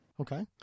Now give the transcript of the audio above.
Okay